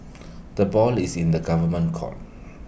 the ball is in the government's court